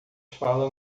fala